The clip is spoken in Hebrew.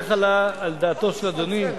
איך עלה על דעתו של אדוני,